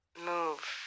move